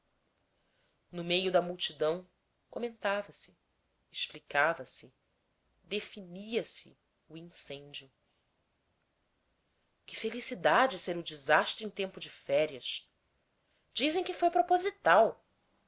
no meio da multidão comentava se explicava se definia se o incêndio que felicidade ser o desastre em tempo de férias dizem que foi proposital